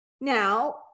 now